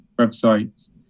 websites